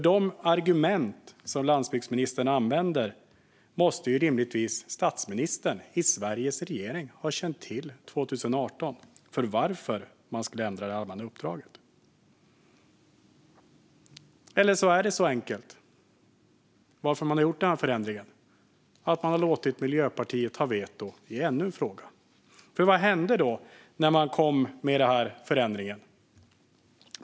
De argument som landsbygdsministern använder för att man skulle ändra det allmänna uppdraget måste rimligtvis statsministern i Sveriges regering ha känt till 2018. Eller så är det så enkelt att man har gjort denna förändring för att man har låtit Miljöpartiet ha veto i ännu en fråga. Vad hände när denna förändring kom?